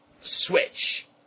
switch